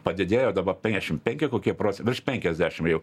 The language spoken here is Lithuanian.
padidėjo dabar peniašim penki kokie proc virš penkiasdešim jau